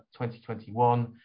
2021